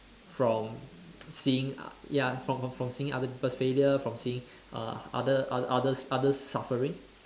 from seeing ya from from seeing other peoples' failure from seeing uh other uh others' others' suffering